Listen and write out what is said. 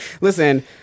Listen